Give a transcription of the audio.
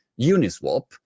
Uniswap